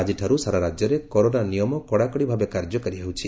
ଆକିଠାରୁ ସାରା ରାକ୍ୟରେ କରୋନା ନିୟମ କଡାକଡି ଭାବେ କାର୍ଯ୍ୟକାରୀ ହେଉଛି